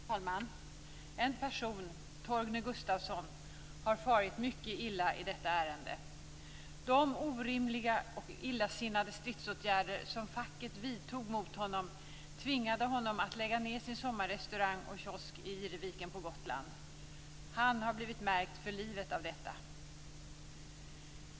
Fru talman! En person, Torgny Gustafsson, har farit mycket illa i detta ärende. De orimliga och illasinnade stridsåtgärder som facket vidtog mot honom tvingade honom att lägga ned sin sommarrestaurang och kiosk i Ihreviken på Gotland. Han har blivit märkt för livet av detta.